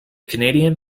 canadian